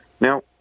Now